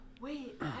Wait